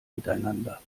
miteinander